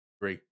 Great